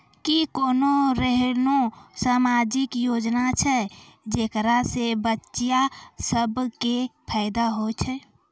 कि कोनो एहनो समाजिक योजना छै जेकरा से बचिया सभ के फायदा होय छै?